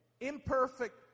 Imperfect